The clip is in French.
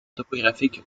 topographique